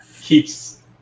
keeps